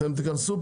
אתם תיכנסו